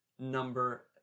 number